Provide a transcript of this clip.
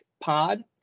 pod